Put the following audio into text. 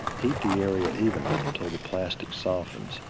heat the area evenly until the plastic softens,